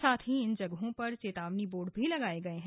साथ ही इन जगहों पर चेतावनी बोर्ड भी लगाये गए हैं